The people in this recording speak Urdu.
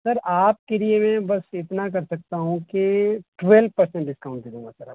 سر آپ کے لیے میں بس اتنا کر سکتا ہوں کہ ٹوئیل پرسین ڈسکاؤنٹ سے دوں گا سر آپ کو